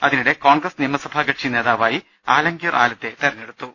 അതിനിടെ കോൺഗ്രസ് നിയമസഭാ കക്ഷി നേതാവായി ആലംഗീർ ആലത്തെ തെരഞ്ഞെടുത്തു